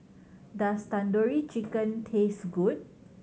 does Tandoori Chicken taste good